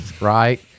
right